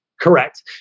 Correct